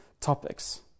topics